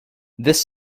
this